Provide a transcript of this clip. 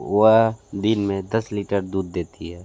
वह दिन मैं दस लीटर दूध देती है